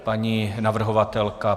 Paní navrhovatelka.